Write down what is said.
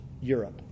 Europe